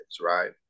right